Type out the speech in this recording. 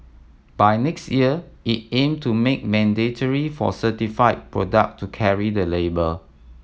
by next year it aim to make mandatory for certified product to carry the label